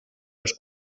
als